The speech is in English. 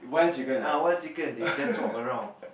err one chicken they just walk around